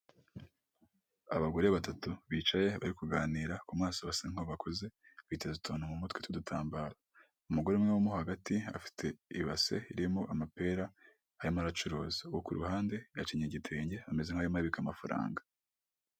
Umuhanda mwiza cyane kandi munini, amamodoka aragenda, ndetse n'abanyamaguru baragenda, n'iyo haba na nijoro. Kuko mu muhanda harimo amatara, kugeza abantu bageze iyo bajya. Ubu biroroshye, kuko na n'ijoro ugenda umurikiwe.